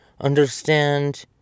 understand